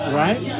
right